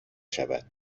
شود